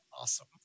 awesome